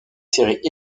séries